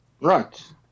right